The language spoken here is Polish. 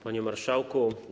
Panie Marszałku!